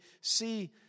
see